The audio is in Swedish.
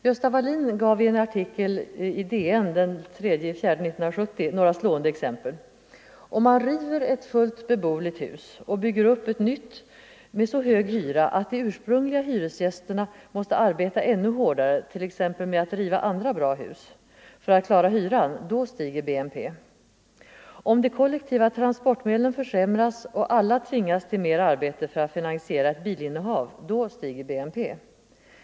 Gösta Walin gav i en artikel i Dagens Nyheter den 3 april 1970 några slående exempel: Om man river ett fullt beboeligt hus och bygger upp ett nytt med så hög hyra att de ursprungliga hyresgästerna måste arbeta ännu hårdare för att klara hyran, då stiger BNP. Om de kollektiva transportmedlen försämras och alla tvingas till mer arbete för att finansiera ett bilinnehav, då stiger BNP.